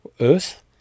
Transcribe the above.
Earth